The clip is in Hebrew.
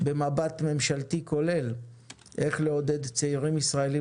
במבט ממשלתי כולל איך לעודד צעירים ישראלים